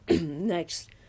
Next